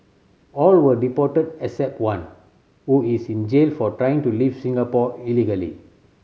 all were deported except one who is in jail for trying to leave Singapore illegally